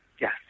Yes